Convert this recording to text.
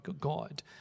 God